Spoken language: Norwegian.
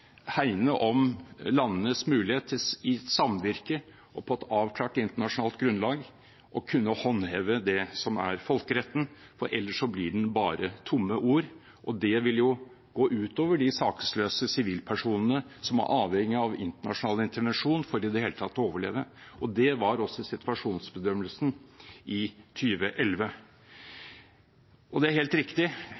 hegne om landenes mulighet til – i samvirke og på et avklart internasjonalt grunnlag – å kunne håndheve folkeretten, for ellers blir den bare tomme ord – og det vil gå ut over de sakesløse sivilpersonene, som er avhengige av internasjonal intervensjon for i det hele tatt å overleve. Det var også situasjonsbedømmelsen i